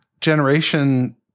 generation